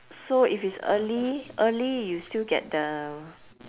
so if it's early early you still get the